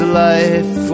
life